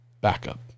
backup